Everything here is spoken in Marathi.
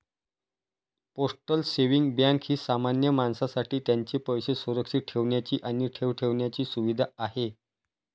पोस्टल सेव्हिंग बँक ही सामान्य माणसासाठी त्यांचे पैसे सुरक्षित ठेवण्याची आणि ठेव ठेवण्याची सुविधा आहे